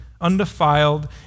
undefiled